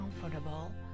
comfortable